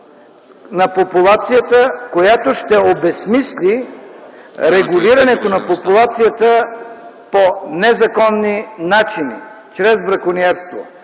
на популацията, която ще обезсмисли регулирането на популацията по незаконни начини – чрез бракониерство.